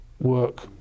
work